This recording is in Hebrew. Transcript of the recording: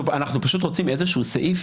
אנחנו פשוט רוצים איזשהו סעיף